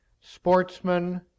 sportsman